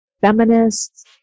feminists